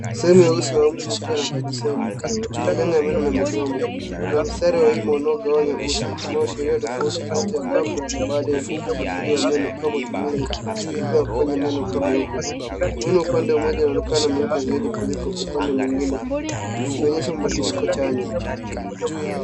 Sehemu ya uso wa mtu ikuwa na tabasamu, utengano ya meno na midomo. Kuna mstari wa wima unao gawanya uso, unaoashiria tofauti kati ya kabla na baada ya usafishaji wa meno au matumizi ya kufanya meno uwe meupe. Mweno upande moja unaonekana meupe zaidi kuliko upande mwengine, ikionyesha mbadiliko chanya.